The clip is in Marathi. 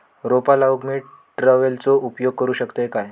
रोपा लाऊक मी ट्रावेलचो उपयोग करू शकतय काय?